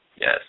Yes